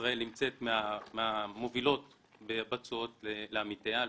ישראל נמצאת מהמובילות בתשואות לעמיתיה על